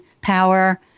power